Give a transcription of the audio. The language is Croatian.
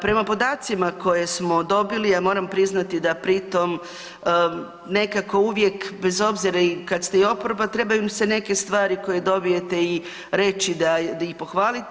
Prema podacima koje smo dobili, ja moram priznati da pri tom nekako uvijek bez obzira i kad ste i oporba trebaju vam se neke stvari koje dobijete i reći i pohvaliti.